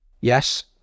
Yes